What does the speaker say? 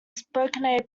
spokane